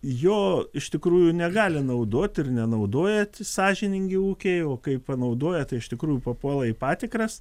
jo iš tikrųjų negali naudoti ir nenaudoja tie sąžiningi ūkiai o kai panaudoja tai iš tikrųjų papuola į patikras